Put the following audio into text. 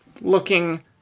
looking